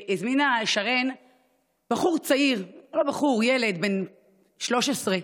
שרן הזמינה בחור צעיר, לא בחור, ילד, בן 13,